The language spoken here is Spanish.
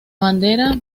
bandera